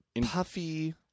puffy